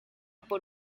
por